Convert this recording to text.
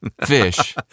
fish